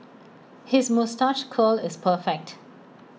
his moustache curl is perfect